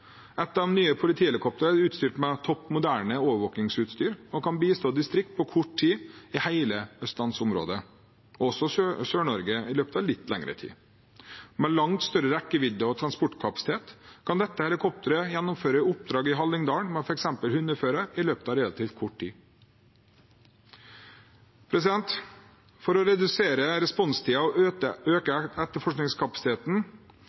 Et av de nye politihelikoptrene er utstyrt med topp moderne overvåkingsutstyr og kan bistå distrikter på kort tid i hele østlandsområdet – og i Sør-Norge i løpet av litt lengre tid. Med langt større rekkevidde og transportkapasitet kan dette helikopteret gjennomføre oppdrag i Hallingdal med f.eks. hundefører i løpet av relativt kort tid. For å redusere responstiden og